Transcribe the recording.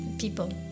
people